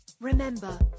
Remember